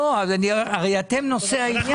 לא, הרי, אתם נושא העניין.